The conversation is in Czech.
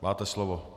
Máte slovo.